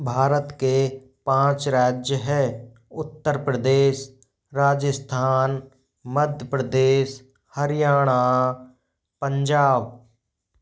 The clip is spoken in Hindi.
भारत के पाँच राज्य है उत्तर प्रदेश राजस्थान मध्य प्रदेश हरियाणा पंजाब